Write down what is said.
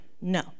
no